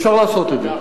אפשר לעשות את זה.